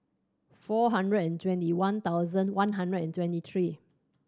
four hundred and twenty one thousand one hundred and twenty three